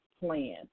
plan